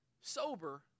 sober